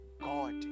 God